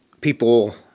people